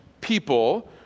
people